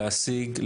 להשיג,